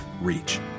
reach